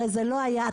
הרי זה לא היה,